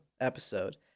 episode